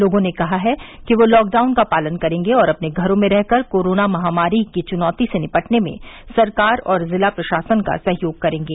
लोगों ने कहा है कि वे लॉकडाउन का पालन करेंगे और अपने घरों में रहकर कोरोना महामारी की चुनौती से निपटने में सरकार और जिला प्रशासन का सहयोग करेंगे